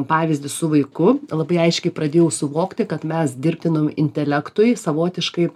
pavyzdį su vaiku labai aiškiai pradėjau suvokti kad mes dirbtinam intelektui savotiškai